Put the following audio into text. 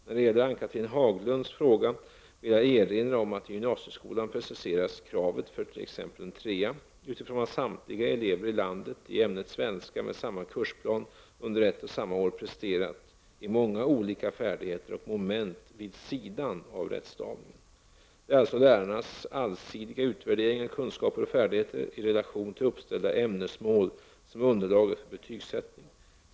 När det gäller Ann-Cathrine Haglunds fråga vill jag erinra om att i gymnasieskolan preciseras kravet för t.ex. en trea utifrån vad samtliga elever i landet i ämnet svenska med samma kursplan under ett och samma år preste rat i många olika färdigheter och moment vid sidan av rättstavning. Det är alltså lärarnas allsidiga utvärdering av kunskaper och färdigheter i relation till uppställda ämnesmål som är underlaget för betygssättning.